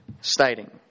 stating